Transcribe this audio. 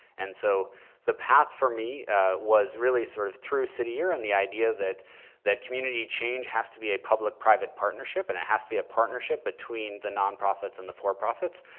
and so the path for me was really sort of through city year, and the idea that that community change has to be a public-private partnership, and it has to be a partnership between the nonprofits and the for-profits.